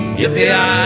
yippee